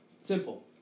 Simple